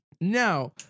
now